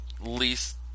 least